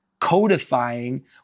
codifying